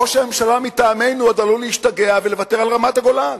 ראש הממשלה מטעמנו עוד עלול להשתגע ולוותר על רמת-הגולן.